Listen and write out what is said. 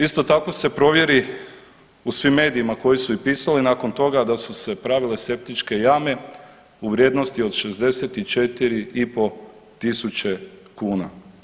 Isto tako se provjeri u svim medijima koji su i pisali nakon toga da su se pravile septičke jame u vrijednosti od 64.500 kuna.